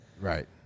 Right